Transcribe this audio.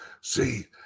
See